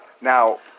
Now